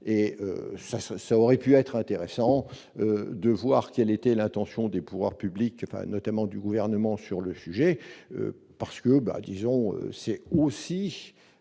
ça ça aurait pu être intéressant de voir quelle était l'intention des pouvoirs publics, notamment du gouvernement sur le sujet parce que bah disons c'est aussi